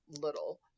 little